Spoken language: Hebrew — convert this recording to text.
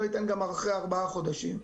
גם לא ייתן אחרי ארבעה חודשים.